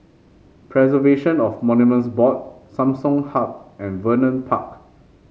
Preservation of Monuments Board Samsung Hub and Vernon Park